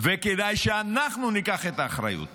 וכדאי שאנחנו ניקח את האחריות